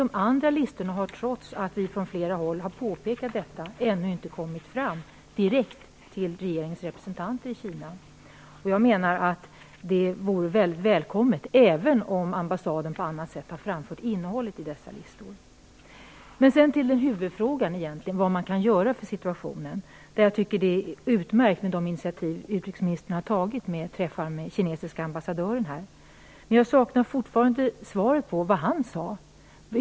De andra listorna har, trots att vi från flera håll har påpekat detta, ännu inte kommit fram till regeringsrepresentanter i Kina. Jag menar att det vore välkommet om så skedde, även om ambassaden på annat sätt har framfört innehållet i dessa listor. Jag kommer så till huvudfrågan, nämligen vad man kan göra åt situationen. Jag tycker det är utmärkt att utrikesministern har tagit initiativ till träffar med den kinesiske ambassadören här, men jag saknar fortfarande svar på frågan vad han sade.